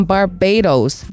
Barbados